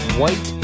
white